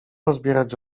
rozbierać